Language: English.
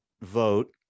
vote